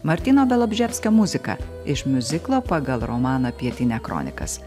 martyno bialobžeskio muzika iš miuziklo pagal romaną pietinia kronikas